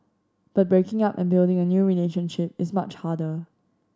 but breaking up and building a new relationship is much harder